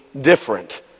different